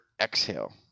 exhale